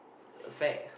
facts